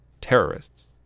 terrorists